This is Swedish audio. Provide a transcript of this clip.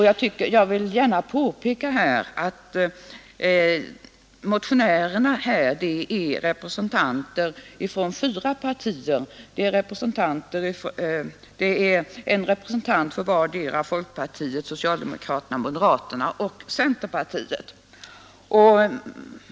Jag vill gärna påpeka att motionärerna är representanter från fyra partier. Det är en representant från vardera folkpartiet, socialdemokraterna, moderaterna och centerpartiet.